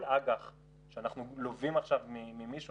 כל אג"ח שאנחנו לווים עכשיו ממישהו,